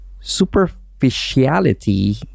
superficiality